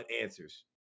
answers